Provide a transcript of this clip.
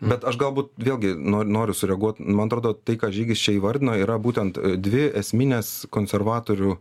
bet aš galbūt vėlgi noriu noriu sureaguot man atrodo tai ką žygis čia įvardino yra būtent dvi esminės konservatorių